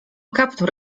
kaptur